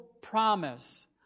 promise